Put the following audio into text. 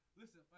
Listen